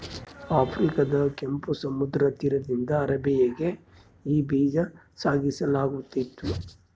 ಆಫ್ರಿಕಾದ ಕೆಂಪು ಸಮುದ್ರ ತೀರದಿಂದ ಅರೇಬಿಯಾಗೆ ಈ ಬೀಜ ಸಾಗಿಸಲಾಗುತ್ತಿತ್ತು